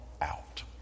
out